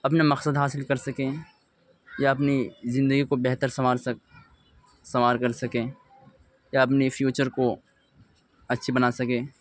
اپنا مقصد حاصل کر سکیں یا اپنی زندگی کو بہتر سنوار سنوار کر سکیں یا اپنی فیوچر کو اچھی بنا سکیں